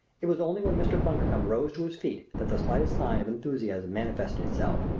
it was only when mr. bundercombe rose to his feet that the slightest sign of enthusiasm manifested itself.